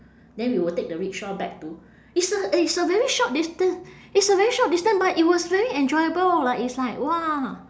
then we will take the rickshaw back to it's a it's a very short distance it's a very short distance but it was very enjoyable like it's like !wah!